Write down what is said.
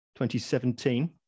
2017